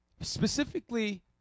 specifically